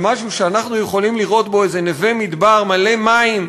על משהו שאנחנו יכולים לראות בו איזה נווה-מדבר מלא מים,